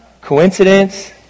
Coincidence